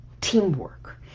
Teamwork